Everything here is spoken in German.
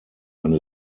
eine